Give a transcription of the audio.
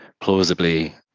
plausibly